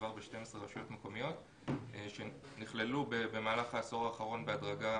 מדובר ב-12 רשויות מקומיות שנכללו במהלך העשור האחרון בהדרגה